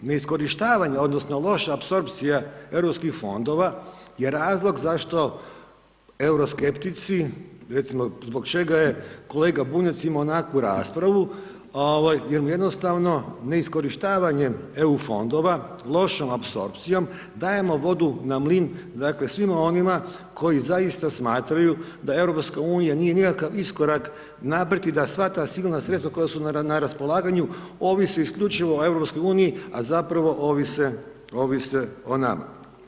Neiskorištavanje odnosno loša apsorpcija EU fondova je razlog zašto euroskeptici, recimo, zbog čega je kolega Bunjac imao onakvu raspravu, jer mu jednostavno neiskorištavanjem EU fondova, lošom apsorpcijom, dajemo vodu na mlin, dakle, svima onima koji zaista smatraju da EU nije nikakav iskorak napraviti da sva ta sigurna sredstva koja su na raspolaganju ovisi isključivo o EU, a zapravo ovise o nama.